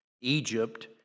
Egypt